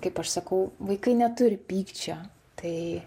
kaip aš sakau vaikai neturi pykčio tai